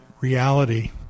reality